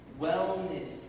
wellness